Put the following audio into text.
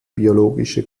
biologische